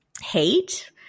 hate